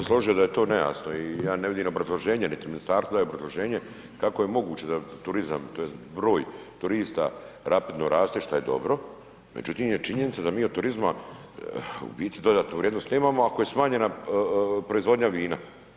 Apsolutno bi se složio da je to nejasno i ja ne vidim obrazloženje niti ministarstva i obrazloženje kako je moguće da turizam tj. broj turista rapidno raste, šta je dobro, međutim je činjenica da mi od turizma u biti dodatnu vrijednost nemamo ako je smanjena proizvodnja vina.